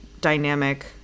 dynamic